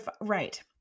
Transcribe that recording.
right